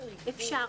אפשר.